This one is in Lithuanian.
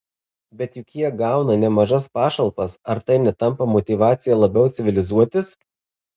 bet juk jie gauna nemažas pašalpas ar tai netampa motyvacija labiau civilizuotis